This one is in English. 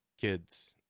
kids